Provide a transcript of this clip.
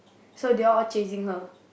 so they all all chasing her